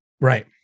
right